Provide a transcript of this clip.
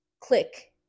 click